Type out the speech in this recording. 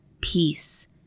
peace